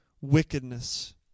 wickedness